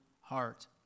heart